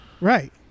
Right